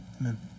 Amen